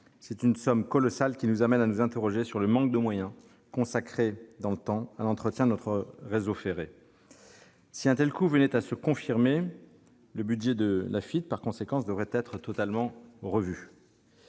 C'est une somme colossale, qui nous amène à nous interroger sur le manque de moyens consacré dans le temps à l'entretien de notre réseau ferré. Si un tel coût venait à se confirmer, le budget de l'Agence de financement des